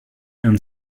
and